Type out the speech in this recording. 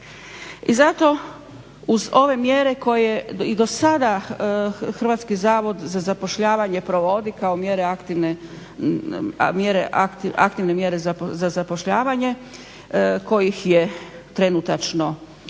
I zato uz ove mjere koje i dosada Hrvatski zavod za zapošljavanje provodi kao aktivne mjere za zapošljavanje kojih je trenutačno pet